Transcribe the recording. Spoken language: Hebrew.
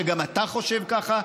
שגם אתה חושב ככה,